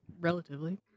Relatively